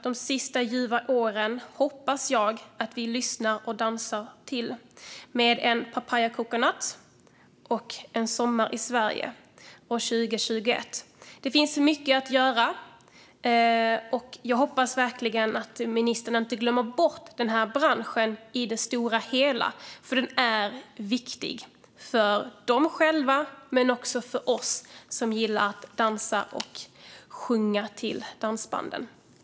De sista ljuva åren hoppas jag att vi lyssnar och dansar till med en papaya coconut en sommar i Sverige år 2021. Det finns mycket att göra. Jag hoppas verkligen att ministern inte glömmer bort den här branschen i det stora hela. Den är viktig för dem i den men också för oss som gillar att dansa och sjunga till dansbanden.